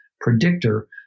predictor